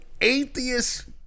atheist